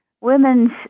women's